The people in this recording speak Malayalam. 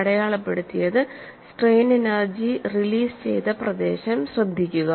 അടയാളപ്പെടുത്തിയത് സ്ട്രെയിൻ എനെർജി റിലീസ് ചെയ്ത പ്രദേശം ശ്രദ്ധിക്കുക